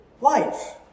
life